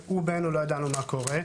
רובנו לא ידעו מה קורה,